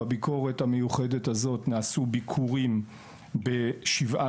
בביקורת המיוחדת הזו נעשו ביקורים בשבעה